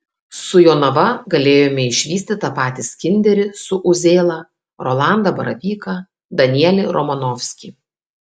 su jonava galėjome išvysti tą patį skinderį su uzėla rolandą baravyką danielį romanovskį